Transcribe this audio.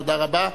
תודה רבה.